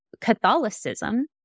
Catholicism